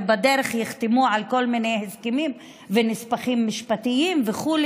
ובדרך יחתמו על כל מיני הסכמים ונספחים משפטיים וכו',